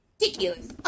Ridiculous